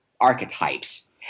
archetypes